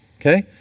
Okay